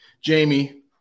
Jamie